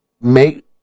make